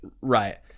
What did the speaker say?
Right